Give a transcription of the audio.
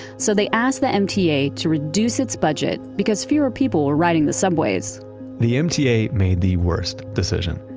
so they ask the mta to reduce its budget because fewer people were riding the subways the mta made the worst decision.